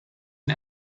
and